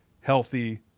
healthy